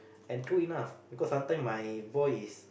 and true enough because sometime my boy is